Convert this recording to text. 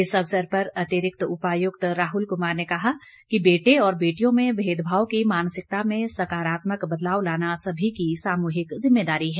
इस अवसर पर अतिरिक्त उपायुक्त राहुल कुमार ने कहा कि बेटे और बेटियों में भेदभाव की मानसिकता में सकारात्मक बदलाव लाना सभी की सामूहिक जिम्मेदारी है